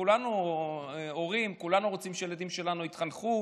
כולנו הורים וכולנו רוצים שהילדים שלנו יתחנכו,